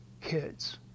kids